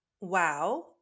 Wow